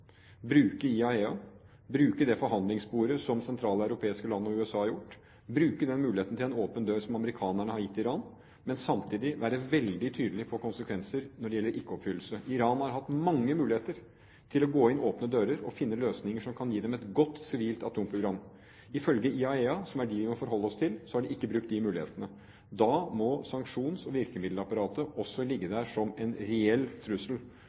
bruke IAEA, bruke det forhandlingssporet som sentraleuropeiske land og USA har gjort, bruke den muligheten til en åpen dør som amerikanerne har gitt Iran, og samtidig være veldig tydelig på konsekvenser når det gjelder ikke-oppfyllelse. Iran har hatt mange muligheter til å gå inn åpne dører og finne løsninger som kan gi dem et godt, sivilt atomprogram. Ifølge IAEA, som er de vi må forholde oss til, har de ikke brukt disse mulighetene. Da må sanksjons- og virkemiddelapparatet også ligge der som en reell trussel.